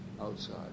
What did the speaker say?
outside